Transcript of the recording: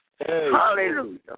Hallelujah